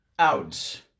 Out